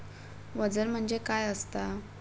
वजन म्हणजे काय असता?